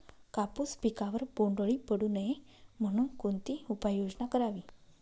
कापूस पिकावर बोंडअळी पडू नये म्हणून कोणती उपाययोजना करावी?